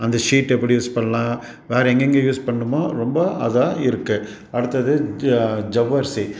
அந்த ஷீட் எப்படி யூஸ் பண்ணலாம் வேறு எங்கெங்க யூஸ் பண்ணும்மோ ரொம்ப அதாக இருக்கு அடுத்தது ஜ ஜவ்வரிசி